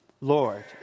Lord